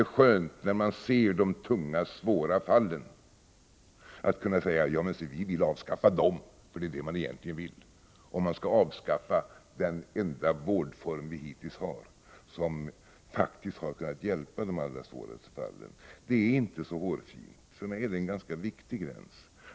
När man ser de tunga, svåra fallen är det skönt att kunna säga att man vill avskaffa dem — för det är det man egentligen vill, om man skall avskaffa den enda vårdform vi hittills har haft som faktiskt har kunnat hjälpa de allra svåraste fallen. Detta är inte så hårfint. För mig är det en ganska viktig gräns.